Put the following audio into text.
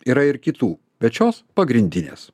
yra ir kitų bet šios pagrindinės